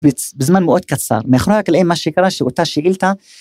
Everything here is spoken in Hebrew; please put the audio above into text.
בזמן מאוד קצר, מאחורי הקלעים מה שקרה, שאותה שאילתה.